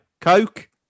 Coke